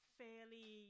fairly